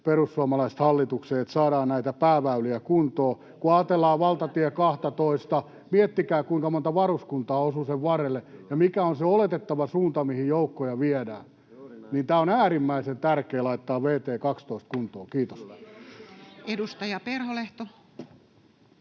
perussuomalaiset hallitukseen, että saadaan näitä pääväyliä kuntoon. Kun ajatellaan valtatie 12:ta, miettikää, kuinka monta varuskuntaa osuu sen varrelle ja mikä on se oletettava suunta, mihin joukkoja viedään. On äärimmäisen tärkeää laittaa vt 12 kuntoon. — Kiitos. [Suna Kymäläisen